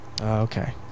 Okay